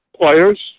players